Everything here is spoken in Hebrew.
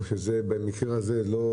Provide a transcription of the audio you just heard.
או שזה לא ייכלל,